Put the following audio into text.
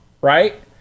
right